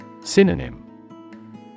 Synonym